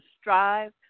strive